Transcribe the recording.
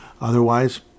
Otherwise